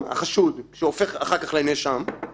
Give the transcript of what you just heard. המשמעות היא שגם 50 שנים לאחר מכן.